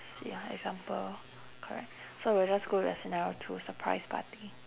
ya example correct so we'll just go with scenario two surprise party